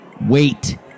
Wait